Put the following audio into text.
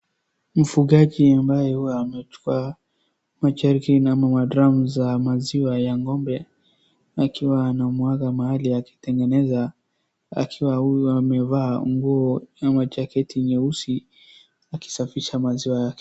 Mfukaji ambaye hu amechukua majerikani ama madramu za maziwa ya ng'ombe akiwa anamwaga mahali akitengeneza akiwa huyo amevaa nguo ama jacketi nyeusi akisafisha maziwa yake.